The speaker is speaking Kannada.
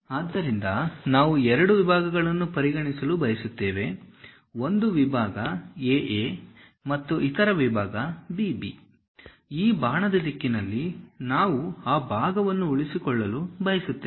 ಆದ್ದರಿಂದ ನಾವು ಎರಡು ವಿಭಾಗಗಳನ್ನು ಪರಿಗಣಿಸಲು ಬಯಸುತ್ತೇವೆ ಒಂದು ವಿಭಾಗ A A ಮತ್ತು ಇತರ ವಿಭಾಗ B B ಈ ಬಾಣದ ದಿಕ್ಕಿನಲ್ಲಿ ನಾವು ಆ ಭಾಗವನ್ನು ಉಳಿಸಿಕೊಳ್ಳಲು ಬಯಸುತ್ತೇವೆ